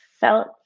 felt